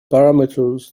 parameters